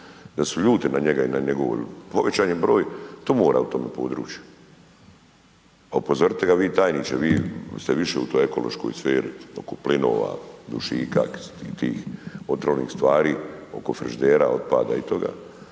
da su ljuti na njega i na njegovo, povećan je broj tumora u tome području. A upozorite ga vi tajniče, vi ste više u toj ekološkoj sferi oko plinova, dušika i tih otrovnih stvari, oko frižidera, otpada i toga